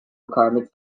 requirements